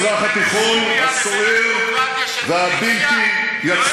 במזרח התיכון הסוער והבלתי-יציב,